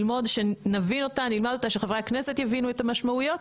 נלמד אותה, שחברי הכנסת יבינו את המשמעויות.